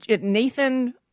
Nathan